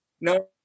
No